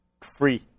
Free